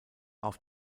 auf